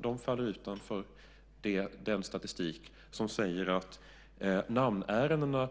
De faller utanför den statistik som säger att namnärendena